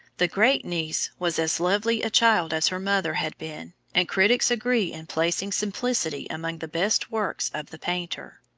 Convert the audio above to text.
the great-niece was as lovely a child as her mother had been, and critics agree in placing simplicity among the best works of the painter.